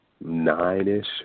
nine-ish